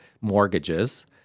mortgages